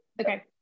Okay